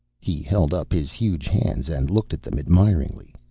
he held up his huge hands and looked at them admiringly.